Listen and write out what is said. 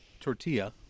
tortilla